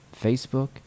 Facebook